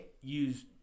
use